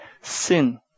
sin